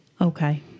Okay